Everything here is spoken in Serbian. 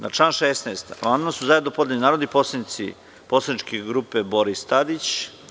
Na član 16. amandman su zajedno podneli narodni poslanici poslaničke grupe Boris Tadić.